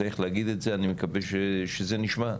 צריך להגיד את זה, אני מקווה שזה נשמע.